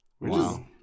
Wow